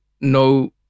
no